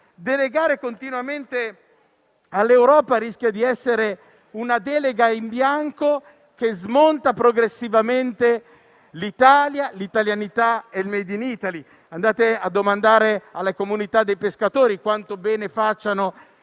Delegare continuamente all'Europa rischia di essere una delega in bianco che smonta progressivamente l'Italia, l'italianità e il *made in Italy.* Andate a chiedere alla comunità dei pescatori quanto bene facciano